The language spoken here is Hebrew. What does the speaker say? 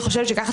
לדעתי,